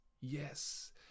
Yes